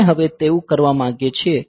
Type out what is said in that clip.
આપણે હવે તેવું કરવા માંગીએ છીએ